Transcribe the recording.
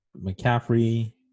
McCaffrey